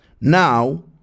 Now